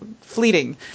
fleeting